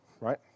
right